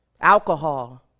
alcohol